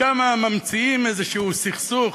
שם ממציאים איזה סכסוך,